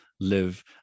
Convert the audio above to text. live